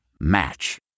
Match